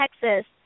Texas